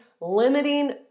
limiting